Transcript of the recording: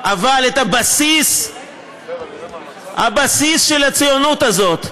אבל את הבסיס, את הבסיס של הציונות הזאת,